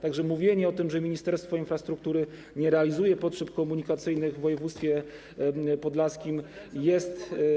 Tak że mówienie o tym, że Ministerstwo Infrastruktury nie realizuje potrzeb komunikacyjnych w woj. podlaskim jest.